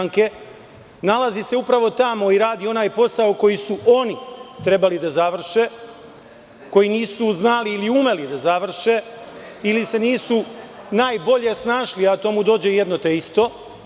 Nalazi se upravo tamo i radi onaj posao koji su oni trebali da završe, koji nisu znali ili umeli da završe ili se nisu najbolje snašli, a to mu dođe jedno te isto.